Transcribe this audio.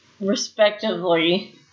respectively